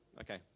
Okay